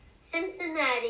Cincinnati